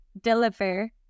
deliver